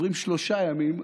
עוברים שלושה ימים,